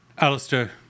Alistair